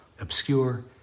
obscure